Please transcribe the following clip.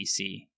BC